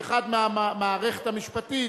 שאחד מהמערכת המשפטית,